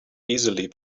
easily